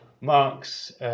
Mark's